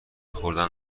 خوردن